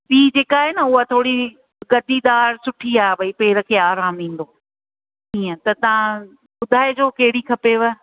ॿीं जेका आहे न उहा थोरी गद्दीदार सुठी आहे भई पेर खे आरामु ईंदो इअं त तव्हां ॿुधाए जो कहिड़ी खपेव